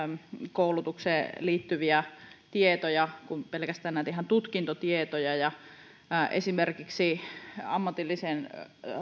koulutukseen liittyviä tietoja kuin pelkästään ihan näitä tutkintotietoja esimerkiksi ammatilliseen